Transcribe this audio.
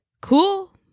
Cool